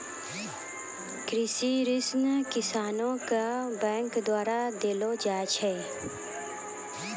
कृषि ऋण किसानो के बैंक द्वारा देलो जाय छै